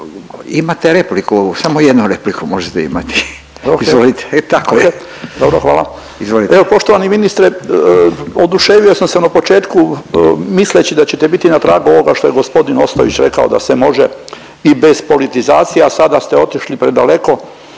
**Jurčević, Josip (Nezavisni)** Evo, poštovani ministre, oduševio sam se na početku misleći da ćete biti na tragu onoga što je g. Ostojić rekao, da se može i bez politizacije, a sada ste otišli predaleko,